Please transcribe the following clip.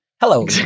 Hello